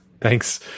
Thanks